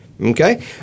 Okay